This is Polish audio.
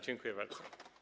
Dziękuję bardzo.